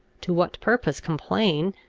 to what purpose complain,